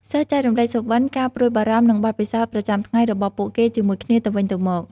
សិស្សចែករំលែកសុបិន្ត ការព្រួយបារម្ភ និងបទពិសោធន៍ប្រចាំថ្ងៃរបស់ពួកគេជាមួយគ្នាទៅវិញទៅមក។